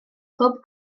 clwb